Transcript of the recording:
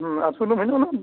ᱥᱩᱱᱩᱢ ᱦᱚᱸ ᱦᱩᱱᱟᱹᱝ